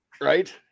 Right